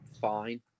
fine